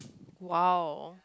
!wow!